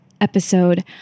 episode